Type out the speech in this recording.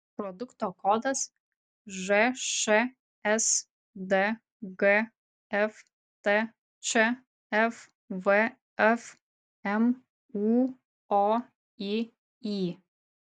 produkto kodas žšsd gftč fvfm ūoiy